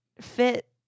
fit